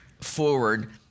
forward